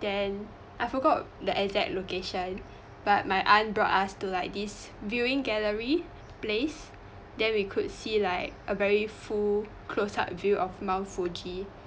then I forgot the exact location but my aunt brought us to like this viewing gallery place then we could see like a very full close-up view of mount fuji